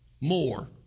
more